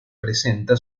presenta